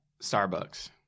Starbucks